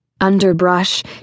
Underbrush